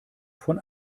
von